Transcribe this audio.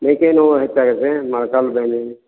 ಮೈ ಕೈ ನೋವು ಹೆಚ್ಚಾಗ್ಯದೆ ರೀ ಮೊಳಕಾಲು ಬ್ಯಾನೆ